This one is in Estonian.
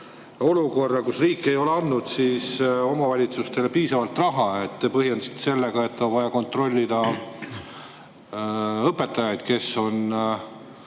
olukorrale, kus riik ei ole andnud omavalitsustele piisavalt raha. Te põhjendasite sellega, et on vaja kontrollida õpetajaid, kes